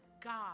God